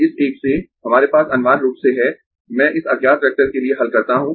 इस एक से हमारे पास अनिवार्य रूप से है मैं इस अज्ञात वेक्टर के लिए हल करता हूँ